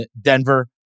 Denver